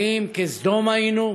האם כסדום היינו?